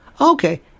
Okay